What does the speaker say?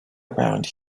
around